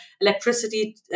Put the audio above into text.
electricity